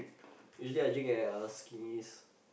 usually I drink at a Skinnies